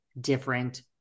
different